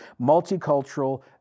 multicultural